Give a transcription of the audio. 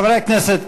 חברי הכנסת,